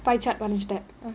pie chart வந்துச்சுல:vanthuchula